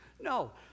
No